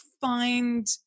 find